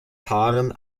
paaren